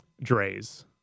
Dre's